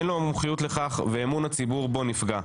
אין לו מומחיות לכך ואמון הציבור בו נפגע.